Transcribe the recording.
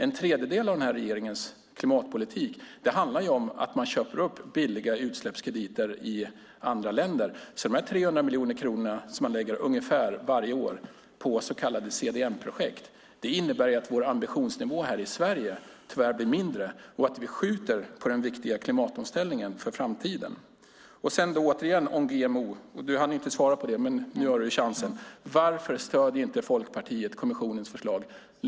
En tredjedel av den här regeringens klimatpolitik handlar om att köpa upp billiga utsläppskrediter i andra länder. De ungefär 300 miljoner kronor som man varje år lägger på så kallade CDM-projekt innebär att vår ambitionsnivå i Sverige tyvärr blir lägre och att vi skjuter på den riktiga klimatomställningen för framtiden. Åter om GMO - du hann inte svara på frågan, men nu har du chansen: Varför stöder inte Folkpartiet kommissionens förslag?